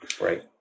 Right